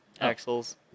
axles